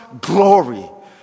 glory